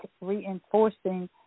reinforcing